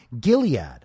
Gilead